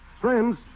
Friends